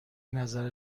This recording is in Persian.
نظر